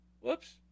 Whoops